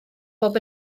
bob